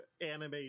anime